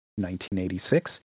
1986